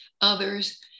others